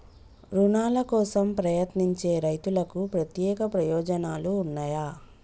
రుణాల కోసం ప్రయత్నించే రైతులకు ప్రత్యేక ప్రయోజనాలు ఉన్నయా?